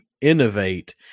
innovate